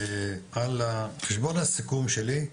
על חשבון הסיכום שלי,